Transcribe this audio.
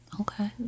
Okay